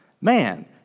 Man